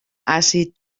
àcid